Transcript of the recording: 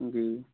जी